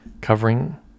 covering